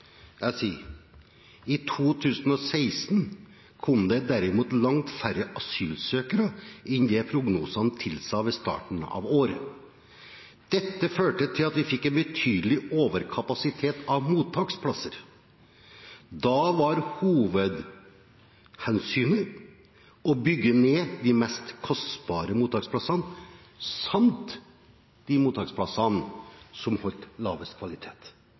jeg sier. Jeg sa: «I 2016 kom det derimot langt færre asylsøkere enn det prognosene tilsa ved starten av året. Det førte til at vi fikk en betydelig overkapasitet av mottaksplasser. Da var hovedhensynet å bygge ned de mest kostbare mottaksplassene, samt de mottaksplassene som holdt lavest kvalitet.»